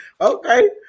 Okay